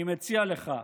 אני מציע לך,